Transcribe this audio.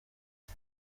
ati